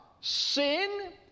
sin